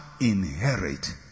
inherit